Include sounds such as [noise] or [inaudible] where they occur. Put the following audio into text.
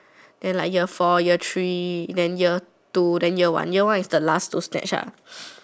then like year four year three then year two then year one year one is the last to snatch ah [breath]